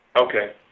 Okay